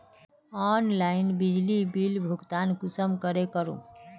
Online बिजली bill भुगतान कुंसम करे करूम?